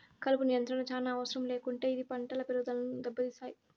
కలుపు నియంత్రణ చానా అవసరం లేకుంటే ఇది పంటల పెరుగుదనను దెబ్బతీస్తాయి